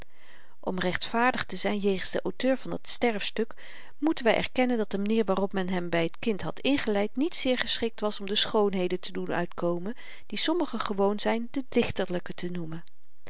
om rechtvaardig te zyn jegens den auteur van dat sterfstuk moeten wy erkennen dat de manier waarop men hem by t kind had ingeleid niet zeer geschikt was om de schoonheden te doen uitkomen die sommigen gewoon zyn de dichterlyke te noemen